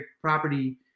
property